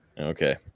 Okay